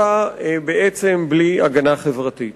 החברתית